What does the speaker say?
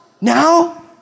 now